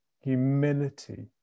humility